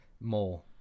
More